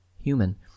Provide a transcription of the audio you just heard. human